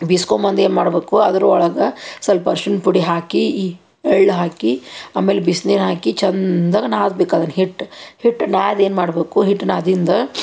ಬೀಸ್ಕೊಂಬಂದು ಏನು ಮಾಡ್ಬೇಕು ಅದ್ರೊಳಗೆ ಸ್ವಲ್ಪ ಅರ್ಶಿನ ಪುಡಿ ಹಾಕಿ ಈ ಎಳ್ಳು ಹಾಕಿ ಆಮೇಲೆ ಬಿಸ್ನೀರು ಹಾಕಿ ಚಂದಾಗಿ ನಾದ್ಬೇಕು ಅದನ್ನು ಹಿಟ್ಟು ಹಿಟ್ಟು ನಾದಿ ಏನು ಮಾಡ್ಬೇಕು ಹಿಟ್ಟು ನಾದಿಂದು